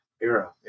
era